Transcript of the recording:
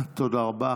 תודה רבה.